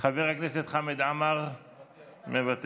חבר הכנסת חמד עמאר, מוותר,